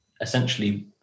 essentially